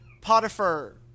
Potiphar